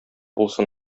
булсын